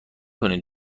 کنید